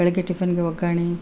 ಬೆಳಿಗ್ಗೆ ಟಿಫನ್ಗೆ ಒಗ್ಗರ್ಣೆ